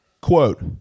Quote